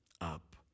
up